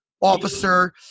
officer